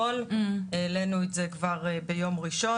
העלינו את זה כבר ביום ראשון.